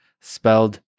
spelled